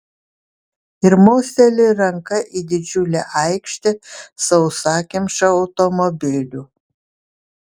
ir mosteli ranka į didžiulę aikštę sausakimšą automobilių